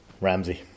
ramsey